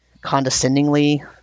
condescendingly